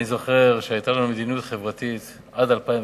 אני זוכר שהיתה לנו מדיניות חברתית עד 2003,